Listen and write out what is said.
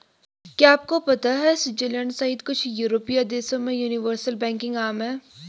क्या आपको पता है स्विट्जरलैंड सहित कुछ यूरोपीय देशों में यूनिवर्सल बैंकिंग आम है?